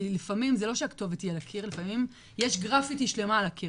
כי לפעמים זה לא שהכתובת היא על הקיר - לפעמים יש גרפיטי שלמה על הקיר.